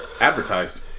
advertised